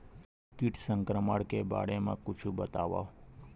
कीट संक्रमण के बारे म कुछु बतावव?